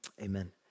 amen